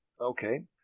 Okay